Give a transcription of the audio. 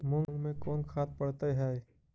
मुंग मे कोन खाद पड़तै है?